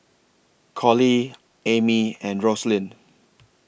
Coley Amy and Roslyn